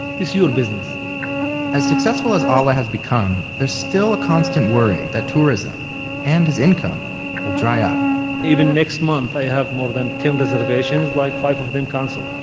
this is your business as successful as ah alaa has become, there's still a constant worry that tourism and his income will dry up even next month i have more than ten reservations, like five of them canceled.